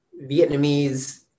Vietnamese